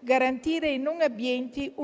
garantire un reddito ai non abbienti,